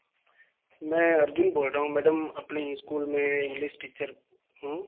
मैं अर्जुन बोल रहा हूँ मैडम अपने इस्कूल में इंग्लिस टीचर हूँ